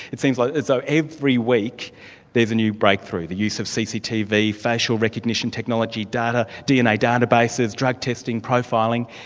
it seems like as though every week there's a new breakthrough the use of cctv, flash or recognition technology data, dna databases, drug testing, profiling,